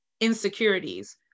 insecurities